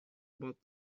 about